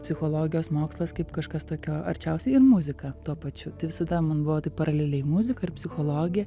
psichologijos mokslas kaip kažkas tokio arčiausiai muzika tuo pačiu visada man buvo taip paraleliai muzika ir psichologija